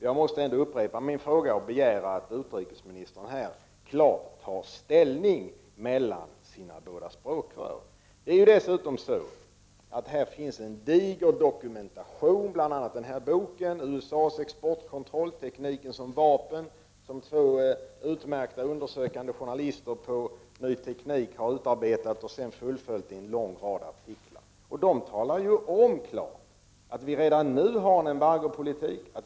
Jag måste här ändå upprepa min fråga och begära att utrikesministern klart tar ställning till sina båda språkrör. Här finns en diger dokumentation, bl.a. boken USA:s exportkontroll Tekniken som vapen, som utmärkta undersökande journalister på tidskriften Ny Teknik har utarbetat och därefter följt upp i en lång rad artiklar. De har talat om att vi redan nu har en embargopolitik.